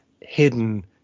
hidden